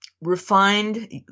refined